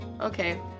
Okay